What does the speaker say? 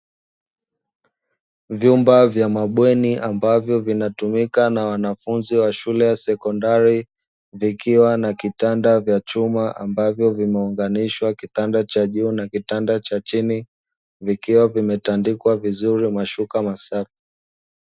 Vyumba vya mabweni, ambavyo vinatumika na wanafunzi wa shule ya sekondari, vikiwa na kitanda vya chuma ambavyo vimeunganishwa kitanda cha juu na kitanda cha chini, vikiwa vimetandikwa vizuri mashuka masafi.